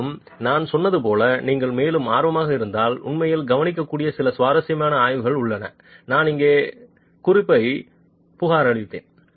மேலும் நான் சொன்னது போல் நீங்கள் மேலும் ஆர்வமாக இருந்தால் உண்மையில் கவனிக்கக்கூடிய சில சுவாரஸ்யமான ஆய்வுகள் உள்ளன நான் இங்கே குறிப்பைப் புகாரளித்தேன்